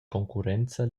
concurrenza